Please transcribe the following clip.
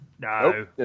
No